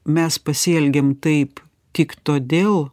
mes pasielgėm taip tik todėl